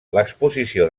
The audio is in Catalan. l’exposició